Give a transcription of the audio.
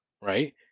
right